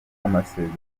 amasezerano